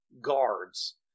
guards